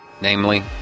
Namely